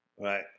Right